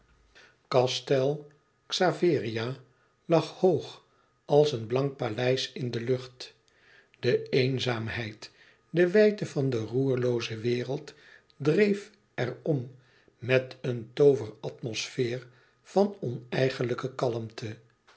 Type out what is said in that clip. castel xaveria lag hoog als een blank paleis in de lucht de eenzaamheid de wijdte van de roerlooze wereld dreef er om met een tooveratmosfeer van oneigenlijke kalmte